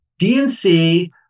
DNC